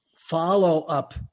follow-up